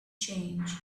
change